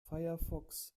firefox